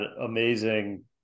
amazing